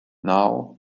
now